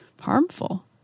harmful